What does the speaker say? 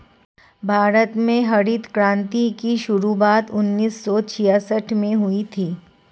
भारत में हरित क्रान्ति की शुरुआत उन्नीस सौ छियासठ में हुई थी